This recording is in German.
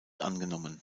angenommen